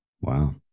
wow